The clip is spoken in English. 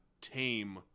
tame